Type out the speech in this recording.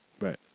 Right